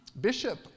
bishop